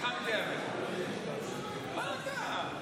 לא, לא, המשותפת איתכם עוד פעם, קרעי, כרגיל.